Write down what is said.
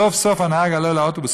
סוף-סוף הנהג עולה לאוטובוס,